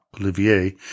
Olivier